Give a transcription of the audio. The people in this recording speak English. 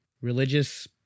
religious